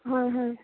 হয় হয়